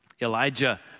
Elijah